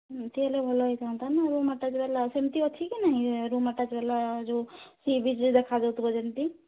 ସେମିତି ହେଲେ ଭଲ ହୋଇଥାନ୍ତା ନା ରୁମ୍ ଆଟାଚ୍ ବାଲା ସେମିତି ଅଛି କି ନାହିଁ ରୁମ୍ ଆଟାଚ୍ ବାଲା ଯେଉଁ ସି ବିଚ୍ ଦେଖା ଯାଉଥିବ ଯେମିତି